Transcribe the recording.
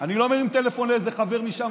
אני לא מרים טלפון לאיזה חבר משם,